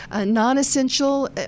non-essential